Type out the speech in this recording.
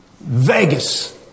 Vegas